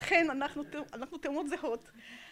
כן, אנחנו תאומות זהות.